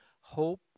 Hope